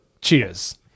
cheers